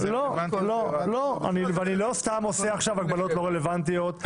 לא, אני לא עושה עכשיו סתם הקבלות לא רלוונטיות.